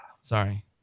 Sorry